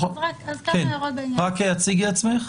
בבקשה, תציגי את עצמך.